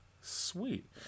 sweet